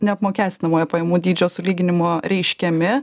neapmokestinamojo pajamų dydžio sulyginimo reiškiami